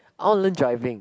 all learn driving